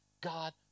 God